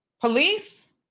Police